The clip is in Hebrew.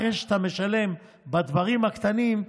אחרי שאתה משלם בדברים הקטנים,